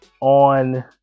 on